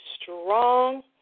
strong